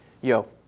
Yo